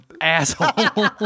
asshole